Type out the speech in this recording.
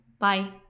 Bye